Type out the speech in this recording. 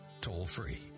toll-free